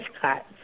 cut